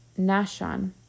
Nashon